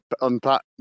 unpack